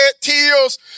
tears